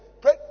Pray